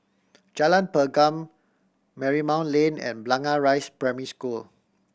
Jalan Pergam Marymount Lane and Blangah Rise Primary School